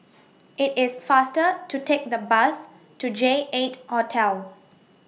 IT IS faster to Take The Bus to J eight Hotel